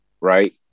right